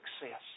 success